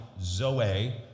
zoe